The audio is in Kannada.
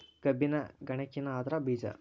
ಕಬ್ಬಿನ ಗನಕಿನ ಅದ್ರ ಬೇಜಾ